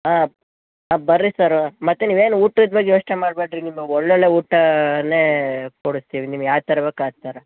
ಹಾಂ ಹಾಂ ಬರ್ರೀ ಸರು ಮತ್ತೆ ನೀವೇನು ಊಟದ ಬಗ್ಗೆ ಯೋಚನೆ ಮಾಡಬೇಡ್ರಿ ನಿಮಗೆ ಒಳ್ಳೊಳ್ಳೆ ಊಟನೆ ಕೊಡಸ್ತೀವಿ ನಿಮಗೆ ಯಾವ ಥರ ಬೇಕು ಆ ಥರ